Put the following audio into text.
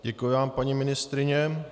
Děkuji vám, paní ministryně.